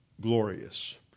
glorious